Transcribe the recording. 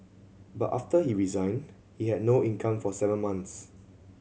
but after he resigned they had no income for seven months